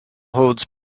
holds